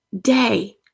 day